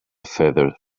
feather